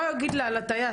מה נגיד לטייס,